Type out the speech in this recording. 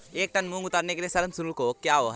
एक टन मूंग उतारने के लिए श्रम शुल्क क्या है?